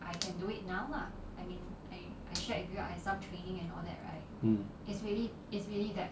mm